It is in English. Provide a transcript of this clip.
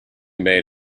made